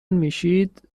میشید